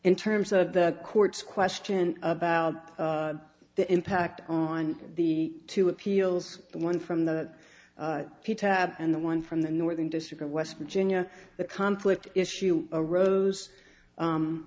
in terms of the court's question about the impact on the two appeals one from the p tab and the one from the northern district of west virginia the conflict issue arose